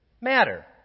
matter